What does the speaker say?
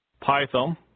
Python